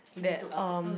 that um